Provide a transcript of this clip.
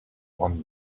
one